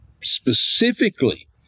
specifically